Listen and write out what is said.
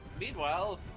meanwhile